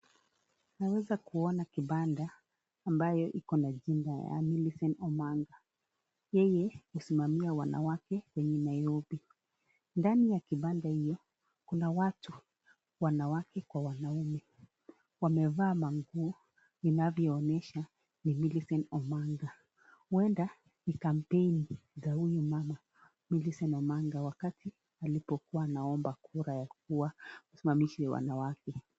Tunaweza kuona kibanda ambayo ikona jina ya Milicent Omanga. Yeye husimamia wanawake kwenye Nairobi, ndani ya kibanda hio kuna watu wanawake kwa wanaume. Wamevaa manguo inavyoonesha ni Milicent Omanga, huenda ni kamppeni ya huyu mama Milicent Omanga wakati alipokuwa anaomba kura ya kuwa msimamizi wa wanawake.